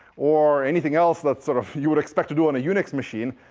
or anything else that sort of you would expect to do on a unix machine,